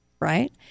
right